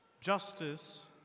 justice